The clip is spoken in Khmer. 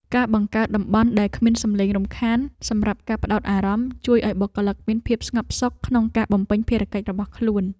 ការបង្កើតតំបន់ដែលគ្មានសំឡេងរំខានសម្រាប់ការផ្ដោតអារម្មណ៍ ជួយឱ្យបុគ្គលិកមានភាពស្ងប់សុខក្នុងការបំពេញភារកិច្ចរបស់ខ្លួន។